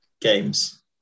games